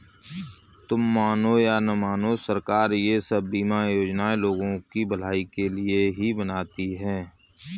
तुम मानो या न मानो, सरकार ये सब बीमा योजनाएं लोगों की भलाई के लिए ही बनाती है